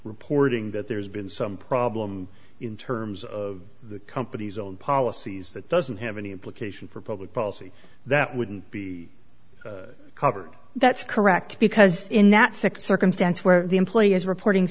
reporting that there's been some problem in terms of the company's own policies that doesn't have any implication for public policy that wouldn't be covered that's correct because in that six circumstance where the employee is reporting